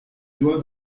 besoin